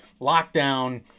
lockdown